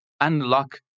unlock